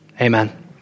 amen